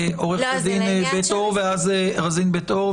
עורכת הדין רזין בית אור,